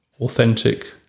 authentic